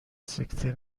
سکته